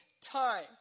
time